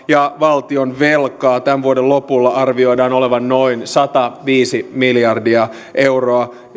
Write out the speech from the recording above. ja valtionvelkaa tämän vuoden lopulla arvioidaan olevan noin sataviisi miljardia euroa